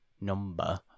number